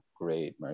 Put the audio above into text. great